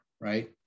right